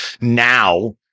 now